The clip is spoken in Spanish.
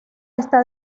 está